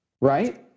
Right